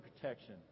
protection